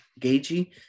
Gagey